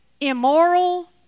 immoral